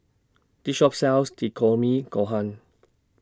This Shop sells Gohan